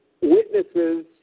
witnesses